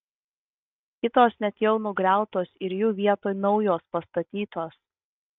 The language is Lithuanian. kitos net jau nugriautos ir jų vietoj naujos pastatytos